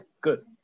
good